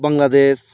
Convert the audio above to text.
Bangladesh